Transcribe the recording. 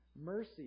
Mercy